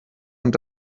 und